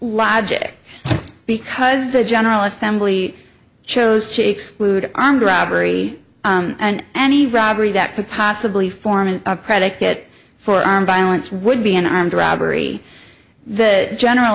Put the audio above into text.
logic because the general assembly chose to exclude armed robbery and any robbery that could possibly form a predicate for armed violence would be an armed robbery the general